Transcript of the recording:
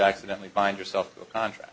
accidentally find yourself a contract